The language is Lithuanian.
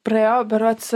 praėjo berods